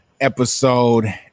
episode